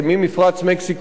ומעביר אותם